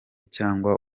cyangwa